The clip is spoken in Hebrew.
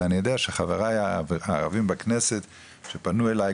אבל אני יודע שחבריי הערבים בכנסת שפנו אליי,